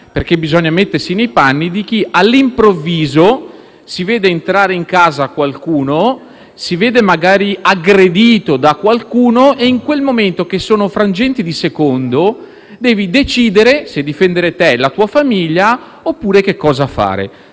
perché bisogna farlo - di chi all'improvviso si vede entrare in casa qualcuno, si vede magari aggredito da qualcuno e in quel momento, che sono frangenti di secondo, deve decidere se difendere se stesso e la propria famiglia oppure cosa altro fare.